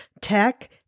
tech